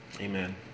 Amen